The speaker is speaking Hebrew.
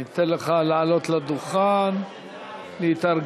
אני אתן לך לעלות לדוכן להתארגן.